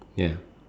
ya